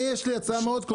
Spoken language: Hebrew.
יש לי הצעה מאוד קונקרטית.